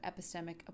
epistemic